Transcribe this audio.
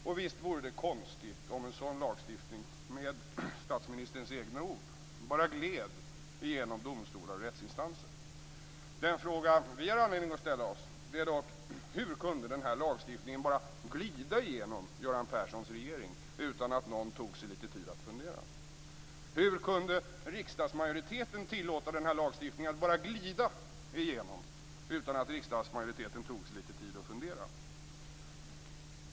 Och visst vore det konstigt om en sådan lagstiftning - med statsministerns egna ord - bara "gled" igenom domstolar och rättsinstanser. Den fråga vi har anledning att ställa oss är dock: Hur kunde en sådan lagstiftning "glida" igenom Göran Perssons regering utan att man tog sig litet tid att fundera? Hur kunde riksdagsmajoriteten tillåta en sådan lag att bara "glida" igenom utan att riksdagsmajoriteten tog sig litet tid att fundera?